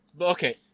Okay